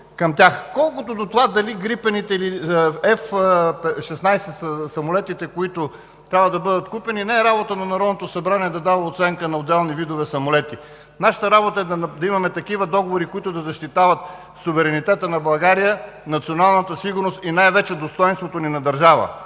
Колкото до това дали грипените или F-16 са самолетите, които трябва да бъдат купени, не е работа на Народното събрание да дава оценка на отделни видове самолети. Нашата работа е да имаме такива договори, които да защитават суверенитета на България, националната сигурност и най-вече достойнството ни на държава